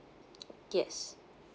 yes